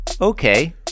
Okay